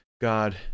god